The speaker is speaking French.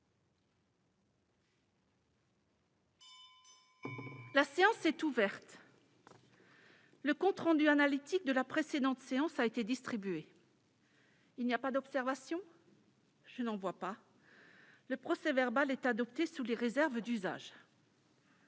La séance est ouverte. Le compte rendu analytique de la précédente séance a été distribué. Il n'y a pas d'observation ?... Le procès-verbal est adopté sous les réserves d'usage.